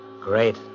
Great